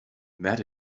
that